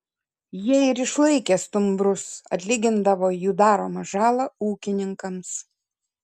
jie ir išlaikė stumbrus atlygindavo jų daromą žalą ūkininkams